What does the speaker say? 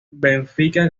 benfica